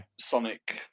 Sonic